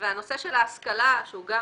הנושא של ההשכלה, שהוא גם